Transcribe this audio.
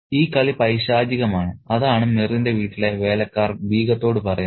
ഈ കളി പൈശാചികമാണ് അതാണ് മിറിന്റെ വീട്ടിലെ വേലക്കാർ ബീഗത്തോട് പറയുന്നത്